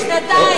בשנתיים.